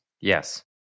Yes